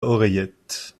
oreillettes